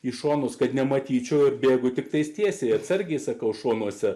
į šonus kad nematyčiau bėgu tiktais tiesiai atsargiai sakau šonuose